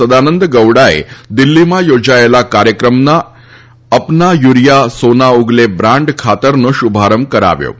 સદાનંદ ગૌડાએ દિલ્હીમાં યોજાયેલા કાર્યક્રમમાં અપના યુરિયા સોના ઉગલે બ્રાન્ડ ખાતરનો શુભારંભ કરાયો છે